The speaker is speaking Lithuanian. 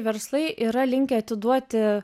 verslai yra linkę atiduoti